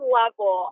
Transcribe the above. level